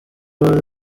bari